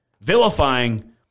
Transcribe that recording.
vilifying